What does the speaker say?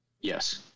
Yes